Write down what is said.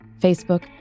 Facebook